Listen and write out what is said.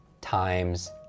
times